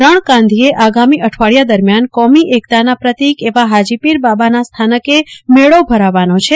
રણકાંધીએ આગામી અઠવાડિયા દરમ્યાન કોમી એકતાના પ્રતીક એવા હાજીપીર બાબાના સ્થાનકે મેળો ભરાવાનો છે